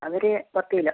അതൊരു പത്ത് കിലോ